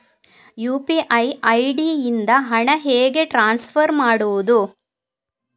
UPI ID ಇಂದ ಹಣ ಹೇಗೆ ಟ್ರಾನ್ಸ್ಫರ್ ಮಾಡುದು?